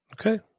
Okay